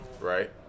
Right